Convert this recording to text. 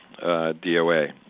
DOA